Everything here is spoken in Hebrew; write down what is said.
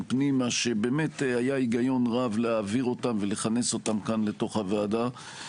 פנימה שהיה היגיון רב להעביר אותם ולכנס אותם כאן לתוך הוועדה.